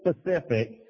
specific